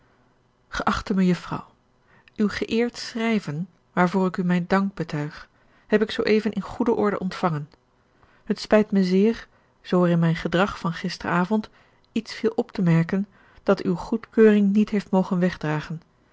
geachte mejuffrouw uw geëerd schrijven waarvoor ik u mijn dank betuig heb ik zooeven in goede orde ontvangen het spijt mij zeer zoo er in mijn gedrag van gisterenavond iets viel op te merken dat uwe goedkeuring niet heeft mogen wegdragen